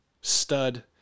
stud